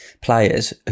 players